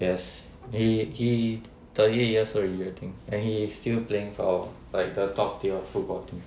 yes he he thirty eight years old already I think and he is still playing for like the top tier football team oh ya he played for a similar what you know